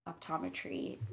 optometry